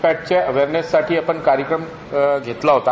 पॅट च्या अवरनेससाठी आपण कार्यक्रम घेतला होता